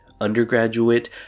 undergraduate